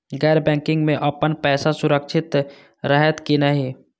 गैर बैकिंग में अपन पैसा सुरक्षित रहैत कि नहिं?